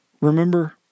Remember